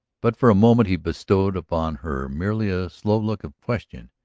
but for a moment he bestowed upon her merely a slow look of question.